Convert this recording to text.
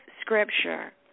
scripture